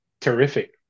terrific